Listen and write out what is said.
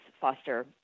foster